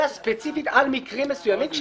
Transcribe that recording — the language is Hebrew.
אלא ספציפית על מקרים מסוימים,